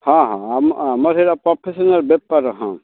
ହଁ ହଁ ଆମ ଆମର ସେଇଟା ପ୍ରଫେସନାଲ୍ ବେପାର ହଁ